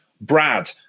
Brad